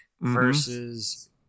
versus